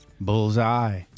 Bullseye